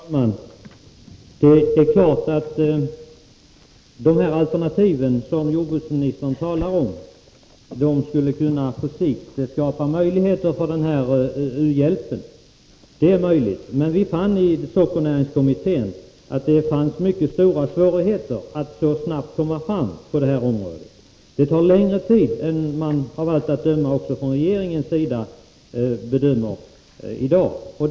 Herr talman! Det är klart att de alternativ som jordbruksministern talar om på sikt skulle kunna skapa möjligheter för den här u-hjälpen. Men i sockernäringskommittén fann vi att det var mycket stora svårigheter med att så snabbt komma fram på det här området. Det tar längre tid än man av allt att döma också från regeringens sida anser i dag.